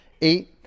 eight